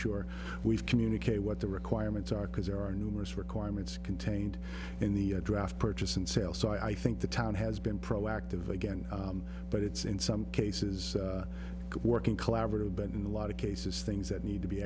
sure we communicate what the requirements are because there are numerous requirements contained in the draft purchase and sale so i think the town has been proactive again but it's in some cases working collaboratively but in a lot of cases things that need to be